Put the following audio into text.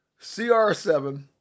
CR7